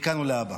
מכאן ולהבא.